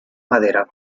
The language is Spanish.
madera